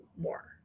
more